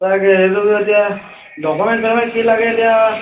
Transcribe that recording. তাকে সেইটো এতিয়া ডকুমেণ্ট চকুমেণ্ট কি লাগে এতিয়া